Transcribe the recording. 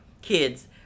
kids